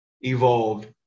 evolved